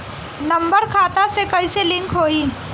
Number खाता से कईसे लिंक होई?